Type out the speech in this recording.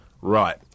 right